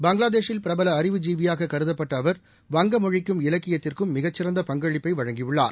பங்களாதேஷில் பிரபல அறிவு ஜீவியாக கருதப்பட்ட அவர் வங்கமொழிக்கும் இலக்கியத்திற்கும் மிகச்சிறந்த பங்களிப்பை வழங்கியுள்ளார்